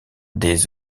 des